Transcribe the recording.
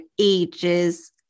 ages